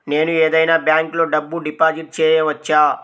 నేను ఏదైనా బ్యాంక్లో డబ్బు డిపాజిట్ చేయవచ్చా?